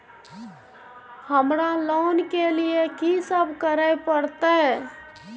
हमरा लोन के लिए की सब करे परतै?